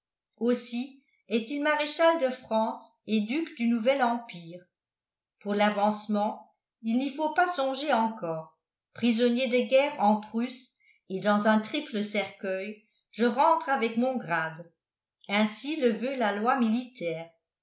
aussi est-il maréchal de france et duc du nouvel empire pour l'avancement il n'y faut pas songer encore prisonnier de guerre en prusse et dans un triple cercueil je rentre avec mon grade ainsi le veut la loi militaire